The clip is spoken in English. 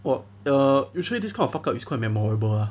!wah! uh usually this kind fuck up is quite memorable ah